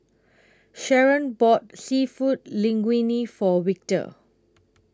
Sharron bought Seafood Linguine For Victor